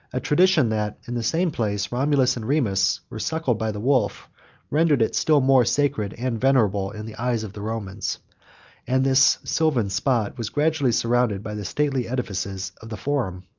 a tradition, that, in the same place, romulus and remus were suckled by the wolf rendered it still more sacred and venerable in the eyes of the romans and this sylvan spot was gradually surrounded by the stately edifices of the forum.